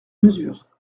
mesure